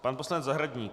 Pan poslanec Zahradník.